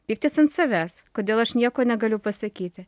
pyktis ant savęs kodėl aš nieko negaliu pasakyti